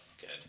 Good